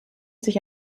sich